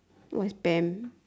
what spam